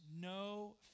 no